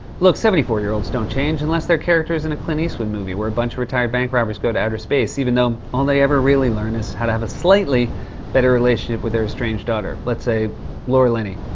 look, seventy four year olds don't change unless they're characters in a clint eastwood movie where a bunch of retired bank robbers go to outer space, even though all they ever really learn is how to have a slightly better relationship with their estranged daughter, let's say laura linney.